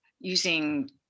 using